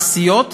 מעשיות,